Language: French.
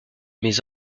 mes